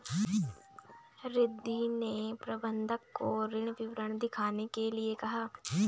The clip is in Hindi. रिद्धी ने प्रबंधक को ऋण विवरण दिखाने के लिए कहा